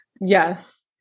Yes